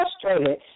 frustrated